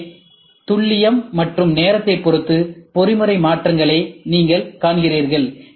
எனவே துல்லியம் மற்றும் நேரத்தைப் பொறுத்து பொறிமுறை மாற்றங்களை நீங்கள் காண்கிறீர்கள்